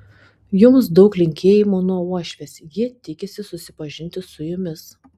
jums daug linkėjimų nuo uošvės ji tikisi susipažinti su jumis